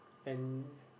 and